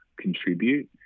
contribute